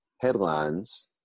headlines